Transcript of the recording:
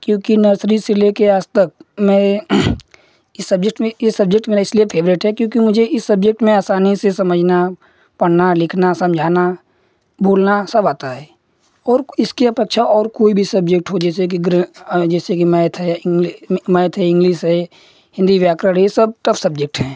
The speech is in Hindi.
क्योंकि नर्सरी से ले कर आज़ तक मैं ये सब्जेक्ट में ये सब्जेक्ट मेरा इसलिए फेवरेट है क्योंकि मुझे इस सब्जेक्ट में आसानी से समझना पढ़ना लिखना समझाना बोलना सब आता है और इसकी अपेक्षा और कोई भी सब्जेक्ट हो जैसे कि ग्र जैसे कि मैथ है मैथ है इंग्लिस है हिन्दी व्याकरण ये सब टफ़ सब्जेक्ट हैं